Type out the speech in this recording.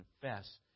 confess